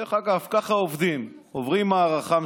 דרך אגב,